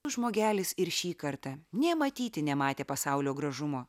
žmogelis ir šį kartą nė matyti nematė pasaulio gražumo